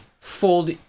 fold